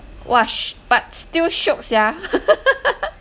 !wah! but still shiok sia